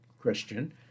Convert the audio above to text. Christian